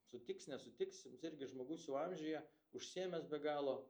sutiks nesutiks irgi žmogus jau amžiuje užsiėmęs be galo